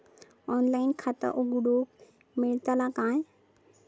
Online खाता उघडूक मेलतला काय?